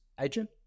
agent